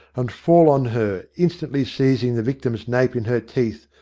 and fall on her, instantly seizing the victim's nape in her teeth,